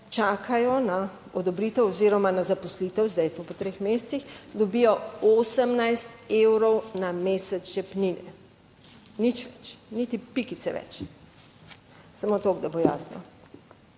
čakajo na odobritev oziroma na zaposlitev, zdaj to po 3 mesecih dobijo 18 evrov na mesec žepnine, nič več, niti pikice več. Samo toliko, da bo jasno.